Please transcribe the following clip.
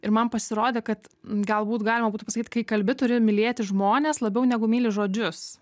ir man pasirodė kad galbūt galima būtų pasakyt kai kalbi turi mylėti žmones labiau negu myli žodžius